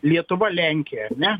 lietuva lenkija ar ne